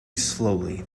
slowly